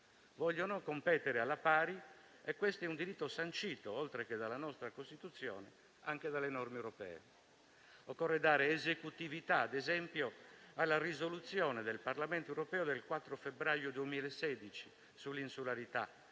vogliono competere alla pari e questo è un diritto sancito, oltre che dalla nostra Costituzione, anche dalle norme europee. Occorre dare esecutività, ad esempio, alla risoluzione del Parlamento europeo del 4 febbraio 2016 sull'insularità, che,